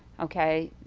okay?